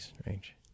strange